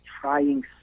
trying